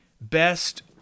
best